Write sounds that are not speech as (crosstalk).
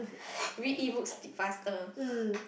read Ebooks faster (breath)